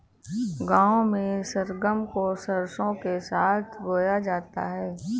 गांव में सरगम को सरसों के साथ बोया जाता है